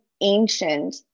ancient